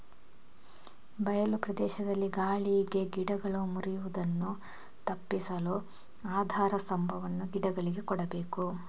ಬಯಲು ಪ್ರದೇಶದಲ್ಲಿ ಗಾಳಿಗೆ ಗಿಡಗಳು ಮುರಿಯುದನ್ನು ಹೇಗೆ ತಪ್ಪಿಸಬಹುದು?